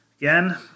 Again